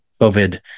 COVID